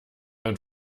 ein